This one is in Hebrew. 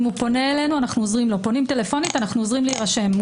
אם פונים אלינו טלפונית אנו עוזרים להירשם.